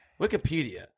wikipedia